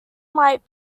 might